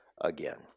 Again